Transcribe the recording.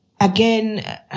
again